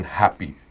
happy